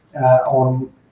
on